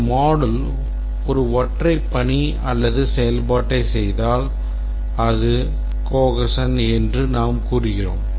ஒரு module ஒரு ஒற்றை பணி அல்லது செயல்பாட்டைச் செய்தால் அது cohesion என்று நாம் கூறுகிறோம்